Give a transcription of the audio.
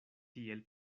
tiel